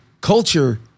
Culture